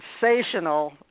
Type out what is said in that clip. sensational